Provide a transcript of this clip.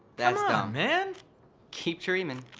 that's dumb. and keep dreaming.